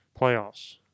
playoffs